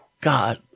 God